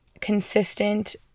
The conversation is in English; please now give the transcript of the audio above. consistent